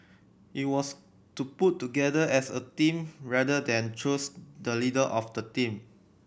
it was to put together as a team rather than choose the leader of the team